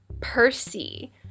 Percy